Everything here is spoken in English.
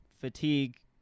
fatigue